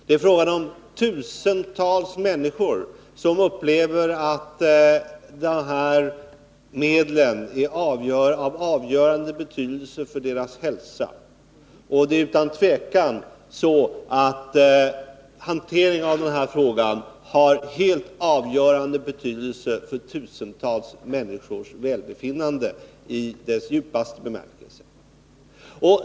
Det gäller tusentals människor som upplever att de aktuella medlen är av avgörande betydelse för deras hälsa. Utan tvivel är det så att hanteringen av den här frågan har helt avgörande betydelse för tusentals människors välbefinnande i ordets djupaste bemärkelse.